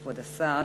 כבוד השר,